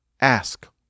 ask